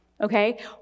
okay